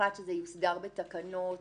והוחלט שזה יוסדר בתקנות